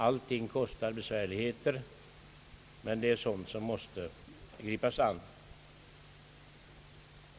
Besvärligheter måste övervinnas. Men svårigheterna måste ändå lösas.